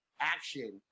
action